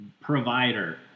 provider